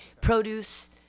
produce